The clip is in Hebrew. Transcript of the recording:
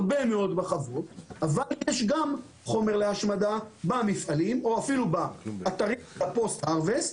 אבל יש גם חומר להשמדה במפעלים או אפילו באתרים בפוסט הרווסט,